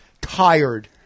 tired